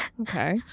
Okay